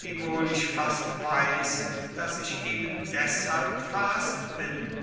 wiewohl ich fast weiß daß ich eben deshalb verhaßt bin